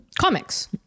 comics